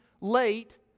late